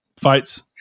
fights